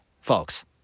folks